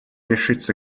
решится